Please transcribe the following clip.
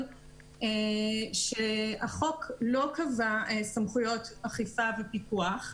אני מזכירה שהחוק לא קבע סמכויות אכיפה ופיקוח,